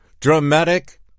dramatic